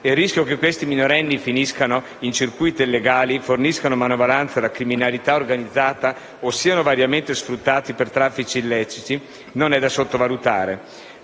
Il rischio che questi minorenni finiscano in circuiti illegali, forniscano manovalanza alla criminalità organizzata o siano variamente sfruttati per traffici illeciti non è da sottovalutare.